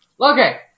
Okay